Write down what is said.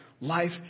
life